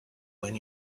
when